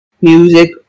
music